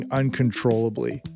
uncontrollably